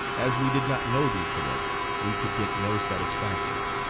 as we did not know these cadets, we could get no satisfaction.